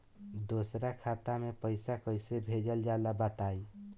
दोसरा खाता में पईसा कइसे भेजल जाला बताई?